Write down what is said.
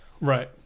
Right